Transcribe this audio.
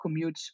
commutes